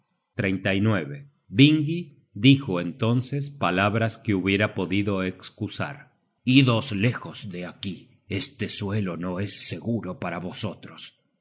cuando hoenio llamó vingi dijo entonces palabras que hubiera podido escusar idos lejos de aquí este suelo no es seguro para vosotros